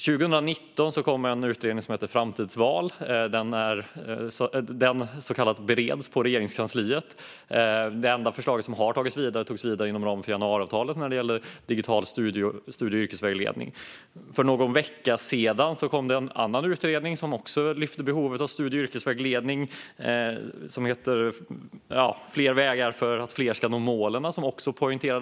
År 2019 kom en utredning som hette Framtidsval - karriärvägledning för individ och samhälle . Den bereds nu på Regeringskansliet, som det heter. Ett enda förslag från utredningen har man tagit vidare, och då inom ramen för januariavtalet. Det gällde digital studie och yrkesvägledning. För någon vecka sedan kom det en annan utredning som också lyfte fram behovet av studie och yrkesvägledning. Den heter I mål - vägar vidare för att fler unga ska nå målen .